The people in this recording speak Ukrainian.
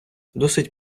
досить